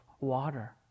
water